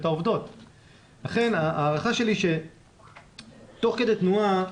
לכן ההערכה שלי שתוך כדי תנועה,